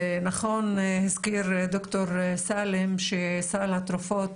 נכון הזכיר דוקטור סאלם שסל התרופות